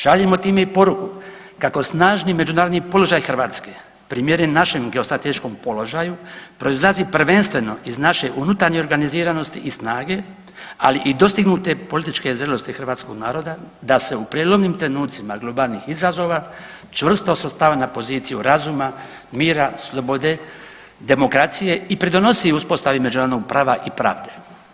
Šaljemo time i poruku kako snažni međunarodni položaj Hrvatske primjeren našem geostrateškom položaju proizlazi prvenstveno iz naše unutarnje organiziranosti i snage, ali i dostignute političke zrelosti hrvatskog naroda da se u prijelomnim trenucima globalnih izazova čvrsto … [[Govornik se ne razumije]] na poziciju razuma, mira, slobode, demokracije i doprinosi uspostavi međunarodnog prava i pravde.